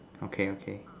okay okay